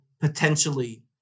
potentially